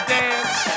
dance